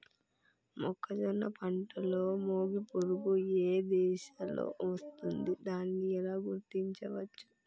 మొక్కజొన్న పంటలో మొగి పురుగు ఏ దశలో వస్తుంది? దానిని ఎలా గుర్తించవచ్చు?